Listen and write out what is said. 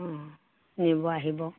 অ নিব আহিব